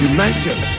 United